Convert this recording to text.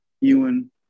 Ewan